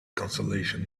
consolation